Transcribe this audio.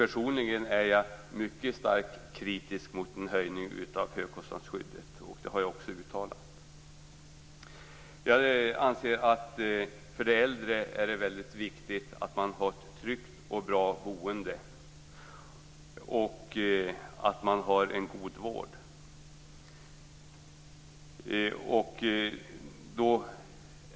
Personligen är jag mycket starkt kritisk till en höjning av högkostnadsskyddet. Det har jag också uttalat. Jag anser att det för de äldre är väldigt viktigt att ha ett tryggt och bra boende och en god vård.